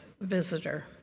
visitor